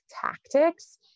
tactics